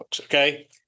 Okay